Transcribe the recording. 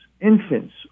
infants